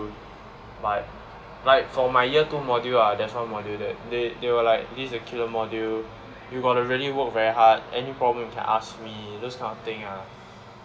but like for my year two module ah there's one module that they they were like this a killer module you have got to really work very hard any problem you can ask me those kind of thing ah